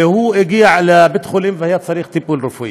הגיע לבית החולים והיה צריך טיפול רפואי.